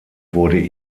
wurde